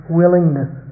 willingness